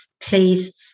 please